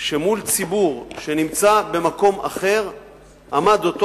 שמול ציבור שנמצא במקום אחר עמד אותו